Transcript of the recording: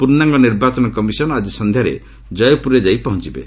ପୂର୍ଣ୍ଣାଙ୍ଗ ନିର୍ବାଚନ କମିଶନ ଆକି ସନ୍ଧ୍ୟାରେ କୟପୁରରେ ଯାଇ ପହଞ୍ଚବେ